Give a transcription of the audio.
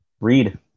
Read